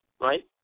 right